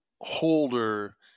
holder